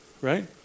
right